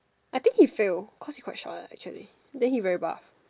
I think he fail cause he quite short lah actually then he very buff